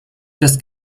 des